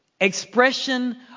expression